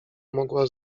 mogła